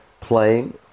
playing